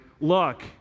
look